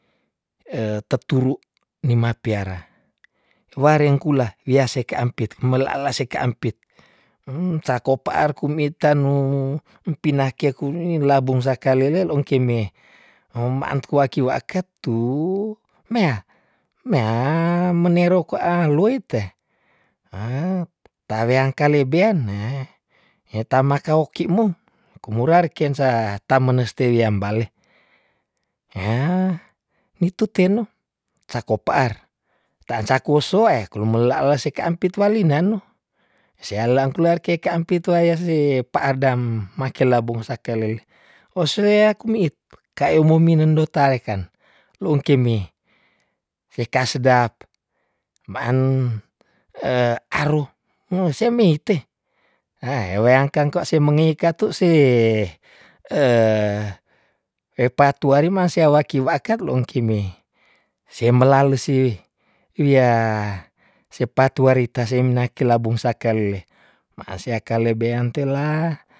teturu ni mapiara warengkula wiasi kaampit meleleala sekaampit tako paarku mitanu mpinake labung sakalele longkei me mbaaantu waki waakettu mea- mea meniro koaloit taweangkale beane he tamakaokimu kumruar kiangsaha tameneste wia mbale yahh nitu te no tako paar taan sakuosoe kulumellaalasa kaampit walina no sealangku lakeka ampit waya si paadamake labung sakeleli oseaakumiit kayo mominen ndo tarekan luungkimi seka sedap maan aru ngsemit ewaya ngkang kwa semi katu s patu wari mase waki waakan loong ki mei sei melalu si wia sepatu warita semina ki labung sakalele maasiaka lebean tela.